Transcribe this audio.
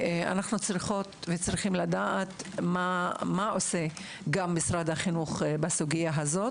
אנחנו צריכות וצריכים לדעת מה עושה משרד החינוך בסוגיה זו.